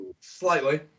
Slightly